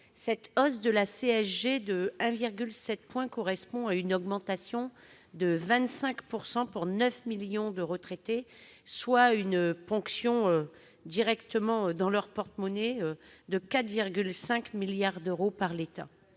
Cette hausse de la CSG correspond en fait à une augmentation de 25 % pour 9 millions de retraités, soit une ponction directement dans leurs porte-monnaie de 4,5 milliards d'euros par l'État.